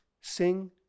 sing